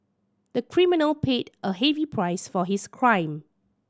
the criminal paid a heavy price for his crime